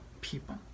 people